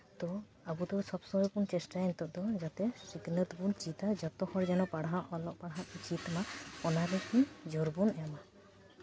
ᱛᱳ ᱟᱵᱚ ᱫᱚ ᱥᱚᱵᱽ ᱥᱚᱢᱚᱭ ᱵᱚᱱ ᱪᱮᱥᱴᱟᱭᱟ ᱱᱤᱛᱚᱜ ᱫᱚ ᱡᱟᱛᱮ ᱥᱤᱠᱷᱱᱟᱹᱛ ᱵᱚᱱ ᱪᱮᱫᱟ ᱡᱚᱛᱚ ᱦᱚᱲ ᱡᱮᱱᱚ ᱯᱟᱲᱦᱟᱜ ᱚᱞᱚᱜ ᱯᱟᱲᱦᱟᱜ ᱠᱚ ᱪᱮᱫ ᱢᱟ ᱚᱱᱟ ᱞᱟᱹᱜᱤᱫ ᱡᱳᱨ ᱵᱚᱱ ᱮᱢᱟ